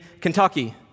Kentucky